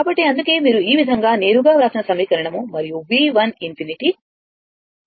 కాబట్టి అందుకే మీరు ఈ విధంగా నేరుగా వ్రాసిన సమీకరణం మరియు V1 ∞ 62